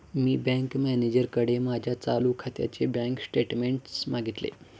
मी bank मॅनेजरकडे माझ्या चालू खात्याचे बँक स्टेटमेंट्स मागितले